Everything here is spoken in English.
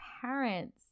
parents